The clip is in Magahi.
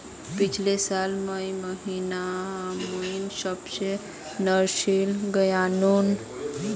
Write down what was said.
पिछला साल मई महीनातमुई सबोर नर्सरी गायेनू